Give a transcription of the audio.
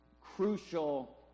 crucial